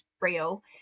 real